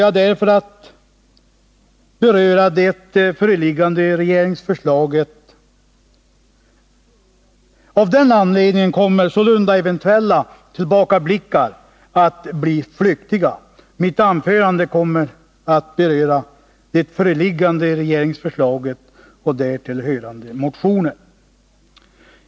Av den anledningen kommer sålunda eventuella tillbakablickar att bli flyktiga. Mitt anförande kommer att beröra det föreliggande regeringsförslaget och därtill hörande motioner.